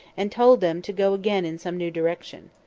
and told them to go again in some new direction.